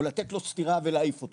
או לתת לו סטירה ולהעיף אותו,